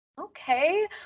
okay